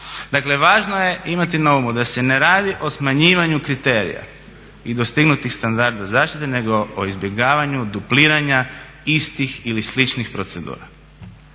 Dakle važno je imati na umu da se ne radi o smanjivanju kriterija i dostignutih standarda zaštite nego o izbjegavanju dupliranja istih ili sličnih procedura.